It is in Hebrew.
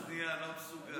שם אוזנייה עכשיו, לא מסוגל.